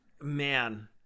man